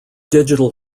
digital